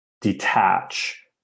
detach